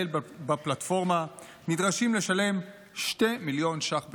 בפלטפורמה נדרשים לשלם 2 מיליון ש"ח בשנה,